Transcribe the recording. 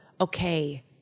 okay